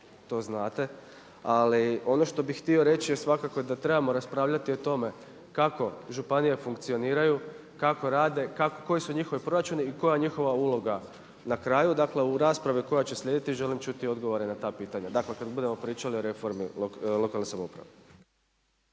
to znate. Ali ono što bih htio reći je svakako da trebamo raspravljati o tome kako županije funkcioniraju, kako rade, koji su njihovi proračuni i koja je njihova uloga. Na kraju, dakle u raspravi koja će slijediti želim čuti odgovore na ta pitanja dakle kada budemo pričali o reformi lokalne samouprave.